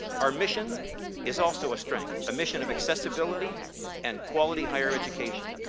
our mission is also a strength. a mission of accessibility and quality higher education.